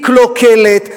היא קלוקלת.